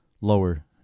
lower